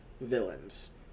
villains